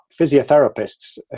physiotherapists